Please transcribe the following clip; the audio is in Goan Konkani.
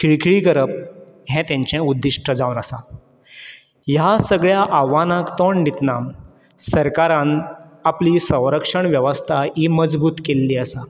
खिळखिळी करप हें तेंचे उद्दिश्ट जावन आसा ह्या सगळ्या आव्हानांक तोंड दितना सरकारान आपली संरक्षण वेवस्था ही मजबूत केल्ली आसा